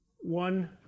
One